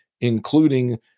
including